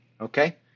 Okay